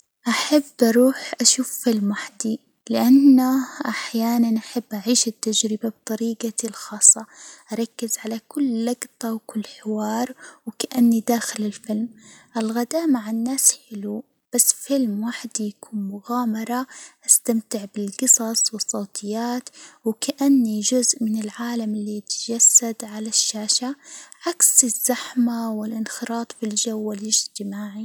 أحب أروح أشوف فيلم وحدي لإنه أحيانًا أحب أعيش التجربة بطريجتي الخاصة، أركز على كل لجطة وكل حوار وكأني داخل الفيلم، الغداء مع الناس حلو، بس فيلم لوحدي يكون مغامرة، أستمتع بالقصص والصوتيات وكأني جزء من العالم اللي يتجسد على الشاشة، عكس الزحمة والإنخراط في الجو الاجتماعي.